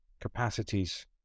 capacities